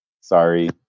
sorry